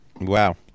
Wow